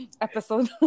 episode